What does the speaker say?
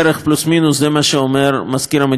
זה מה שאומר מזכיר המדינה האמריקני,